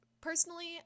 personally